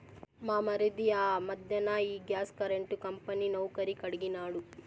మా మరిది ఆ మధ్దెన ఈ గ్యాస్ కరెంటు కంపెనీ నౌకరీ కడిగినాడు